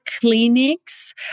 clinics